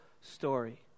story